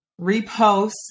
repost